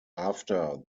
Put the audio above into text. after